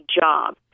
job